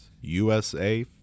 USA